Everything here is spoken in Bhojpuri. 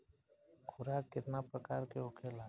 खुराक केतना प्रकार के होखेला?